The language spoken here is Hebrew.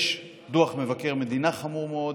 יש דוח מבקר מדינה חמור מאוד,